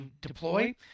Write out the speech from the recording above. deploy